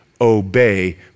obey